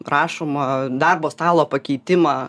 rašomo darbo stalo pakeitimą